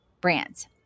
brands